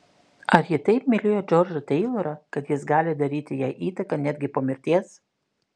ar ji taip mylėjo džordžą teilorą kad jis gali daryti jai įtaką netgi po mirties